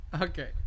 Okay